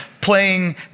playing